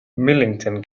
millington